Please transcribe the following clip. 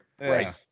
Right